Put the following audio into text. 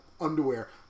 underwear